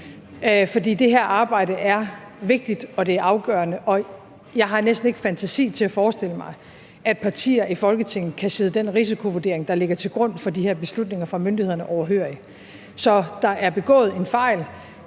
For det her arbejde er vigtigt, og det er afgørende, og jeg har næsten ikke fantasi til at forestille mig, at partier i Folketinget kan sidde den risikovurdering, der ligger til grund for de her beslutninger fra myndighederne, overhørig. Så der er begået en fejl